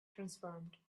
transformed